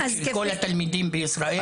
לכל התלמידים בישראל.